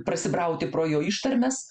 prasibrauti pro jo ištarmes